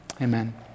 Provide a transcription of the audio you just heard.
Amen